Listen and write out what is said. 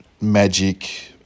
magic